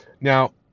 now